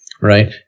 right